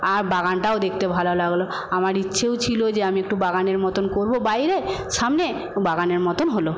আর বাগানটাও দেখতে ভালো লাগলো আমার ইচ্ছেও ছিল যে আমি একটু বাগানের মতন করবো বাইরে সামনে বাগানের মতন হল